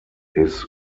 his